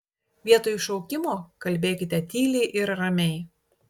vietoj šaukimo kalbėkite tyliai ir ramiai